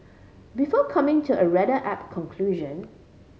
before coming to a rather apt conclusion